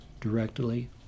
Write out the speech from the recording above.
directly